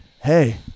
hey